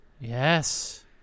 Yes